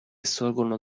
sorgono